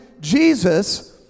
Jesus